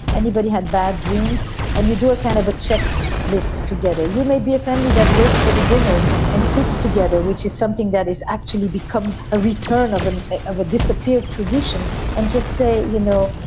anybody had bad dreams. and you do a kind of a check list together. you may be a family that waits for the dinner and sits together, which is something that is actually become a return of and a of a dissappear tradition and just say, you know,